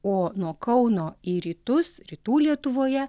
o nuo kauno į rytus rytų lietuvoje